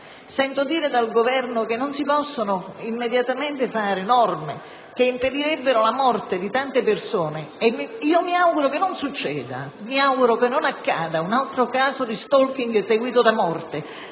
Sento dire dal Governo che non si possono immediatamente fare norme che impedirebbero la morte di tante persone: io mi auguro che non succeda, mi auguro che non accada un altro caso di *stalking* seguito da morte,